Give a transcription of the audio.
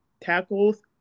tackles